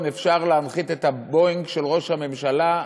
שאפשר להנחית את הבואינג של ראש הממשלה.